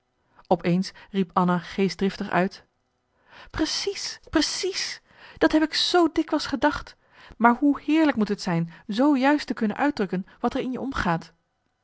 eens riep anna geestdriftig uit precies precies dat heb ik zoo dikwijls gedacht maar hoe heerlijk moet het zijn zoo juist te kunnen uitdrukken wat er in je omgaat